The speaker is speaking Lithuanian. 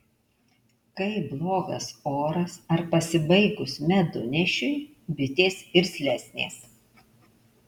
kai blogas oras ar pasibaigus medunešiui bitės irzlesnės